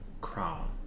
crown